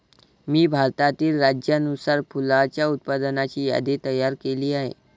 मी भारतातील राज्यानुसार फुलांच्या उत्पादनाची यादी तयार केली आहे